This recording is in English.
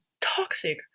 toxic